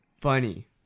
funny